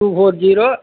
two four zero